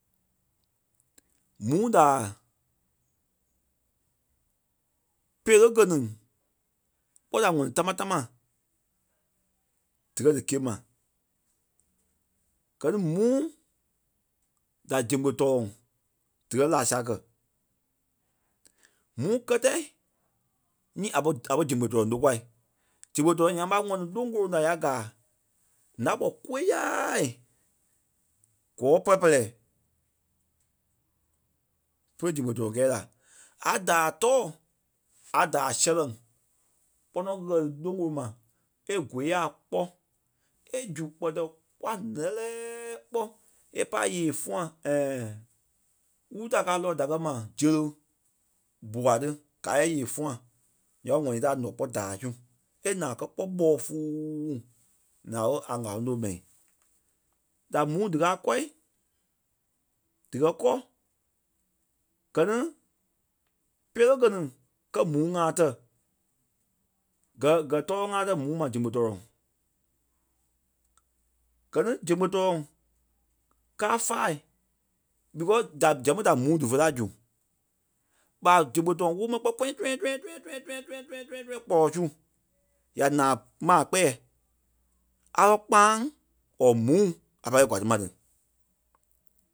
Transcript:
mûu da pelee-geni kpɔ́ da ŋɔni táma tama dikɛ dí kîa ma. Gɛ ni mûu da zegbe-tɔrɔŋ dikɛ laa saa kɛ̀. Mûu kɛtɛi nyii a pɔri- a pɔri zegbe-tɔrɔŋ lókwa. Zegbe-tɔrɔŋ nyaŋ ɓa ŋɔni loŋ gúro da ya gaa. Ǹá-gbɔ kôyaaa gɔ́ɔ pɛ-pɛlɛɛ. Pere zegbe-tɔrɔŋ kɛɛ la. A daa tɔɔ a daa sɛlɛŋ kpɔ́ nɔ ɣɛ́li loŋ-gúro ma e gôyaa kpɔ́ e zu gbɛtɛ kpɔ́ a ǹɛ́lɛɛɛ kpɔ́ a pa a yee-fũa wúru ta káa lɔɔ̂i da kɛ̀ ma zelɔɔ bûa tí kaa yɛ yee fũa nya ɓé ŋ̀ɔnii ti ǹɔ́ kpɔ́ daa su. A naa kɛ́ kpɔ́ ɓɔɔ-fɔɔɔi, naa ɓé a ŋ̀áloŋ tóo mɛi. Da mûu díkaa kɔ̂i díkɛ kɔ́, gɛ ni pelee-geni kɛ̀ mûu ŋa tɛ̀ gɛ- gɛ tɔlɔŋ ŋa tɛ̀ mûu ma zegbe-tɔrɔŋ. Gɛ ni zegbe-tɔrɔŋ kâa faâi because da zɛŋ kpîŋ da mûu dífe la zu. ɓa zegbe-tɔɔ woo mɛni kpɔ́ tɔ̃yɛŋ tɔ̃yɛŋ tɔ̃yɛŋ tɔ̃yɛŋ tɔ̃yɛŋ tɔ̃yɛŋ tɔ̃yɛŋ tɔ̃yɛŋ tɔ̃yɛŋ tɔ̃yɛŋ tɔ̃yɛŋ kpɔlɔ su. Ya naa maa kpɛɛ a kɛ̀ kpq̃́aŋ or mûu a pai kɛi kwaa ti ma ti.